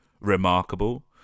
remarkable